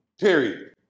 Period